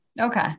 Okay